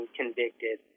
convicted